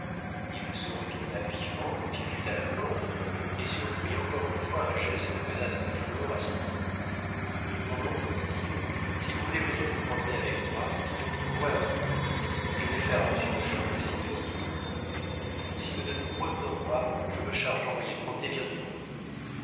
il se retourna vivement quand il fut à la porte et surprit encore une fois un geste de menace de flore à son oncle mon oncle dit-il si vous voulez venir vous promener avec moi je vous trouverai à votre porte je vais faire à monsieur hochon une visite de dix minutes si nous ne nous promenons pas je me charge d'envoyer promener bien du monde